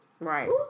Right